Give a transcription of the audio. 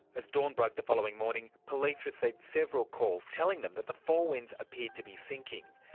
as dawn broke the following morning police received several calls telling them that the four winds appeared to be sinking.